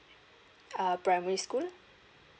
uh primary school